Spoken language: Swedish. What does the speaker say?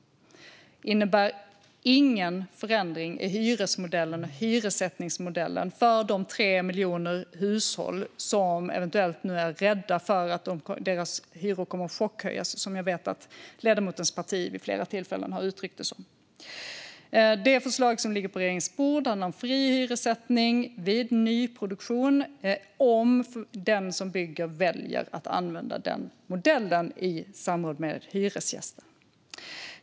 Det innebär ingen förändring av hyresmodellen eller hyressättningsmodellen för de 3 miljoner hushåll som eventuellt är rädda för att deras hyror kommer att chockhöjas, som jag vet att ledamotens parti vid flera tillfällen har uttryckt det som. Det förslag som ligger på regeringens bord handlar om fri hyressättning vid nyproduktion om den som bygger väljer att använda den modellen i samråd med hyresgästen.